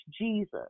Jesus